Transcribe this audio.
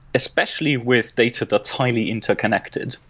especially with data that highly interconnected.